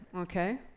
okay.